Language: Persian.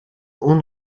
اون